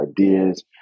ideas